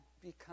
become